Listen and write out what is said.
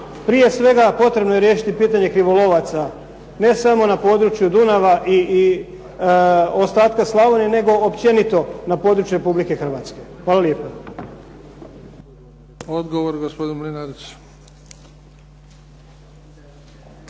prije svega potrebno je riješiti pitanje krivolovaca, ne samo na području Dunava i ostatka Slavonije nego općenito na području Republike Hrvatske. Hvala lijepo. **Bebić, Luka (HDZ)** Odgovor, gospodin Mlinarić.